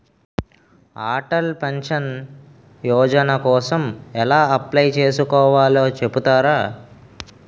Atal pension Yojana కోసం ఎలా apply చేసుకోవాలో చెపుతారా?